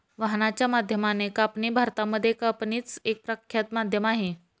वाहनाच्या माध्यमाने कापणी भारतामध्ये कापणीच एक प्रख्यात माध्यम आहे